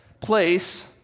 place